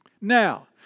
Now